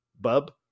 bub